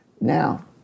now